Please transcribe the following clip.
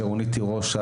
שרונית תירוש,